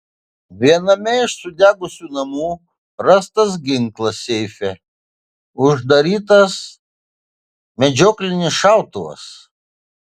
viename iš sudegusių namų rastas ginklas seife uždarytas medžioklinis šautuvas